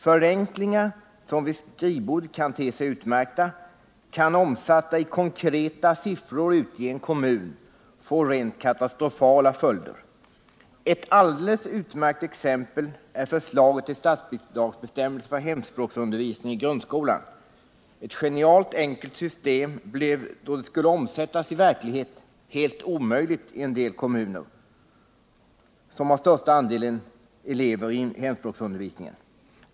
Förenklingar som vid skrivbordet kan te sig utmärkta kan, omsatta i konkreta siffror ute i en kommun, få rent katastrofala följder. Ett alldeles utmärkt exempel på detta är förslaget till statsbidragsbestämmelser för hemspråksundervisning i grundskolan. Ett genialt enkelt system blev, då det skulle omsättas i verklighet, helt omöjligt i de kommuner som har största andelen elever i hemspråksundervisning.